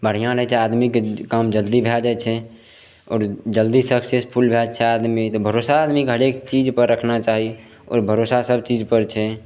बढ़िआँ रहै छै आदमीके काम जल्दी भए जाइ छै आओर जल्दी सक्सेसफुल भए जाइ छै आदमी तऽ भरोसा आदमीके हरेक चीज पर रखना चाही आओर भरोसा सभचीजपर छै